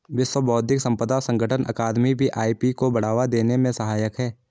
विश्व बौद्धिक संपदा संगठन अकादमी भी आई.पी को बढ़ावा देने में सहायक है